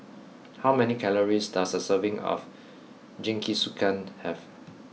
how many calories does a serving of Jingisukan have